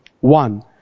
One